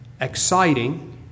exciting